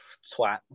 Swat